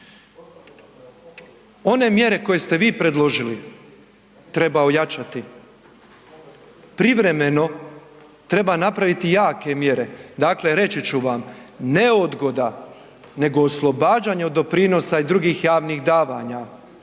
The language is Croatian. One mjere koje ste vi predložili treba ojačati. Privremeno treba napraviti jake mjere, dakle reći ću vam ne odgoda nego oslobađanje od doprinosa i drugih javnih davanja,